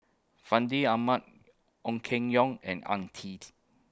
Fandi Ahmad Ong Keng Yong and Ang Tee